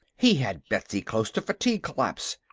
he had betsy close to fatigue collapse!